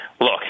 look